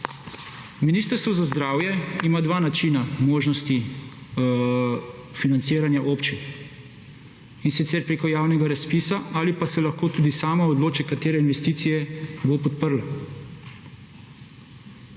Ministrstvo za zdravje ima dva načina možnosti financiranja občin in sicer preko javnega razpisa ali pa se lahko tudi sama odloči katere investicije bo podprla.